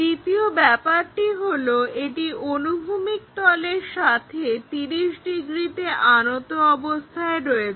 দ্বিতীয় ব্যাপারটি হলো এটি অনুভূমিক তলের সাথে 30 ডিগ্রীতে আনত অবস্থায় রয়েছে